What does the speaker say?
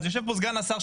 אז יושב פה סגן השר,